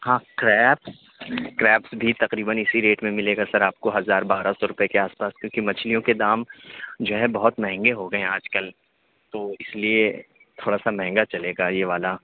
ہاں crabs crabs بھی تقریباً اِسی ریٹ میں مِلے گا سر آپ کو ہزار بارہ سو روپیہ کے آس پاس کیونکہ مچھلیوں کے دام جو ہے بہت مہنگے ہوگٮٔے ہیں آج کل تو اِس لیے تھوڑا سا مہنگا چلے گا یہ والا